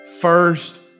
first